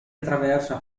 attraversa